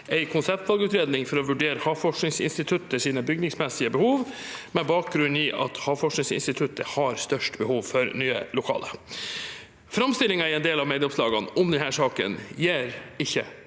en konseptvalgutredning for å vurdere Havforskningsinstituttets bygningsmessige behov, med bakgrunn i at Havforskningsinstituttet har størst behov for nye lokaler. Framstillingen i en del av medieoppslagene om denne saken gir ikke